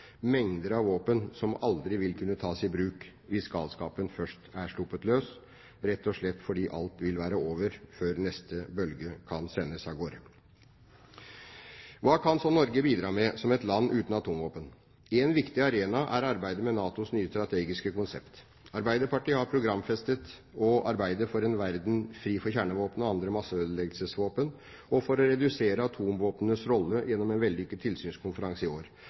mengder av våpen som aldri vil kunne tas i bruk hvis galskapen først er sluppet løs, rett og slett fordi alt vil være over før neste bølge kan sendes av gårde. Hva kan så Norge, som et land uten atomvåpen, bidra med? Én viktig arena er arbeidet med NATOs nye strategiske konsept. Arbeiderpartiet har programfestet å arbeide for en verden fri for kjernevåpen og andre masseødeleggelsesvåpen og for å redusere atomvåpnenes rolle, gjennom en vellykket tilsynskonferanse i år.